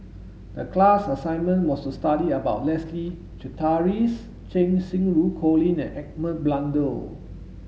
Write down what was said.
the class assignment was to study about Leslie Charteris Cheng Xinru Colin and Edmund Blundell